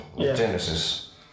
Genesis